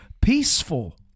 peaceful